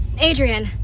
Adrian